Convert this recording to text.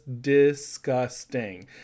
disgusting